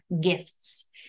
gifts